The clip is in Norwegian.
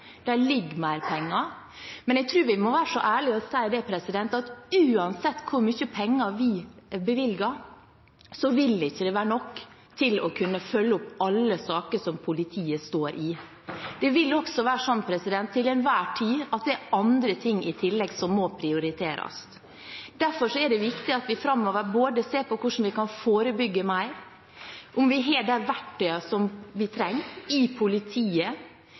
ligger mer penger. Men jeg tror vi må være så ærlige å si at uansett hvor mye penger vi bevilger, vil det ikke være nok til å kunne følge opp alle saker som politiet står i. Det vil også være sånn, til enhver tid, at det er andre ting i tillegg som må prioriteres. Derfor er det viktig at vi framover både ser på hvordan vi kan forebygge mer, om vi har de verktøyene vi trenger i politiet,